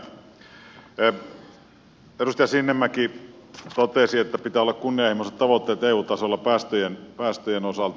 edustaja sinnemäki totesi että pitää olla kunnianhimoiset tavoitteet eu tasolla päästöjen osalta